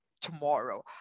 tomorrow